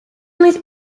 niet